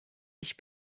ich